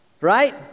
Right